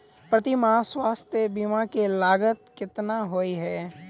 प्रति माह स्वास्थ्य बीमा केँ लागत केतना होइ है?